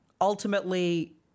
ultimately